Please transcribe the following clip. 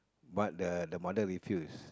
but the the mother refuse